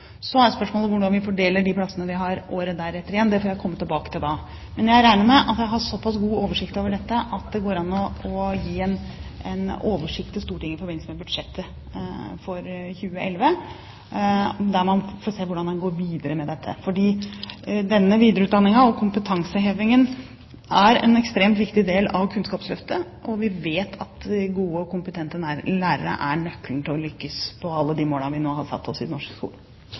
Så er spørsmålet hvordan vi fordeler de plassene vi har året deretter igjen. Det får jeg komme tilbake til da. Men jeg regner med at jeg har såpass god oversikt over dette at det går an å gi en oversikt til Stortinget i forbindelse med budsjettet for 2011. Der får man se hvordan man går videre med dette, for videreutdanning og kompetanseheving er en ekstremt viktig del av Kunnskapsløftet, og vi vet at gode og kompetente lærere er nøkkelen til å lykkes i alle de målene vi nå har satt oss i norsk skole.